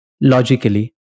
logically